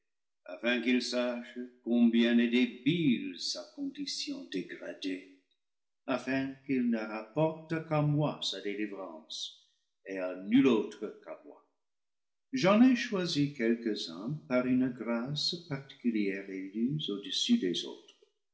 afin qu'il sache combien est débile sa condi tîon dégradée afin qu'il ne rapporte qu'à moi sa délivrance et à nul autre qu'à moi j'en ai choisi quelques-uns par une grâce particulière élus au-dessus des autres